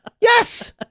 Yes